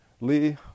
Lee